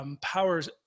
powers